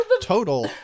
total